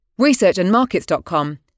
ResearchandMarkets.com